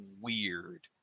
weird